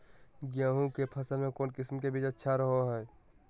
गेहूँ के फसल में कौन किसम के बीज अच्छा रहो हय?